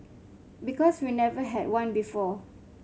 because we never had one before